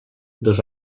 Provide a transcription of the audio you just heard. dos